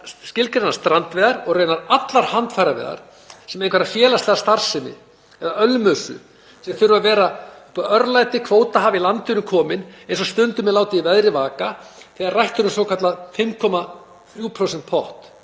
skilgreina strandveiðar og raunar allar handfæraveiðar sem einhverja félagslega starfsemi eða „ölmusu“ sem þurfi að vera upp á „örlæti“ kvótahafa í landinu komin eins og stundum er látið í veðri vaka þegar rætt er um svokallaðan 5,3%-pott